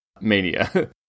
mania